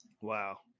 Wow